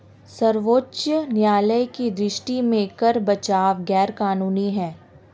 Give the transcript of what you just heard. सर्वोच्च न्यायालय की दृष्टि में कर बचाव गैर कानूनी है